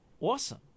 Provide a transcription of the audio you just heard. Awesome